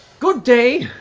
good day!